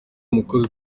mukozi